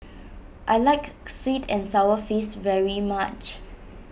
I like Sweet and Sour Fish very much